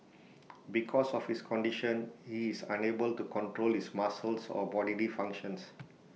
because of his condition he is unable to control his muscles or bodily functions